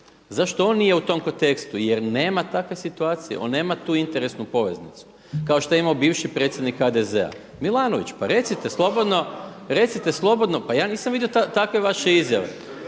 Zašto on nije u tom kontekstu? Jer nema takve situacije, on nema tu interesnu poveznicu kao što je imao bivši predsjednik HDZ-a, Milanović pa recite slobodno, recite slobodno, pa ja nisam vidio takve vaše izjave.